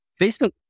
Facebook